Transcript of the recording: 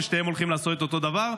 ששניהם הולכים לעשות את אותו דבר.